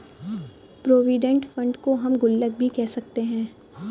provident fund को हम गुल्लक भी कह सकते हैं